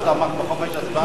הוא תמך בחופש הצבעה.